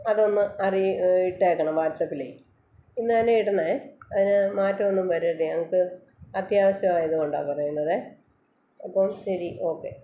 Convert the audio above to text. അതൊന്ന് അറിയി ഇട്ടിരിക്കണം വാട്സപ്പിലേ ഇന്ന് തന്നെ ഇടണേ അതിൽ മാറ്റം ഒന്നും വരല്ല് ഞങ്ങൾക്ക് അത്യാവശ്യം ആയതുകൊണ്ടാണ് പറയുന്നതേ അപ്പം ശരി ഓക്കെ